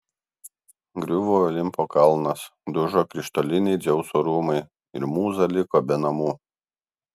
griuvo olimpo kalnas dužo krištoliniai dzeuso rūmai ir mūza liko be namų